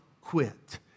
quit